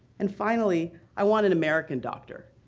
and finally, i want an american doctor.